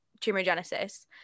tumorigenesis